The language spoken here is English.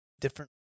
different